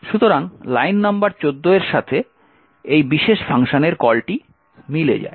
সুতরাং line number 14 এর সাথে এই বিশেষ ফাংশনের কলটি মিলে যায়